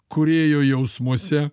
kūrėjo jausmuose